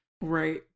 right